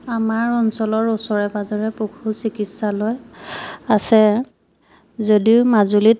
আমাৰ অঞ্চলৰ ওচৰে পাজৰে পশু চিকিৎসালয় আছে যদিও মাজুলীত